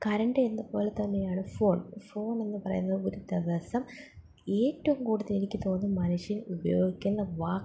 current എന്നപോലെ തന്നെയാണ് phone phone എന്ന് പറയുന്നത് ഒരു ദിവസം ഏറ്റവും കൂടുതൽ എനിക്ക് തോന്നുന്നത് മനുഷ്യൻ ഉപയോഗിക്കുന്ന വാക്ക്